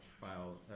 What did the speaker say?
filed